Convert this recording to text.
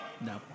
No